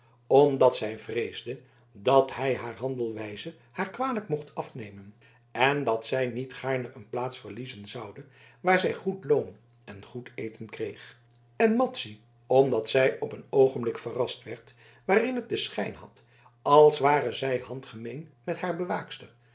omdat zij vreesde dat hij haar handelwijze haar kwalijk mocht afnemen en dat zij niet gaarne een plaats verliezen zoude waar zij goed loon en goed eten kreeg en madzy omdat zij op een oogenblik verrast werd waarin het den schijn had als ware zij handgemeen met haar bewaakster